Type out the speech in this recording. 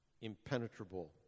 impenetrable